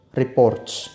reports